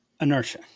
Inertia